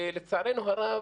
ולצערנו הרב,